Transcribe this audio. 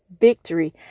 victory